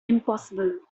impossible